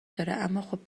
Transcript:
داره، اماخب